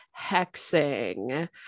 hexing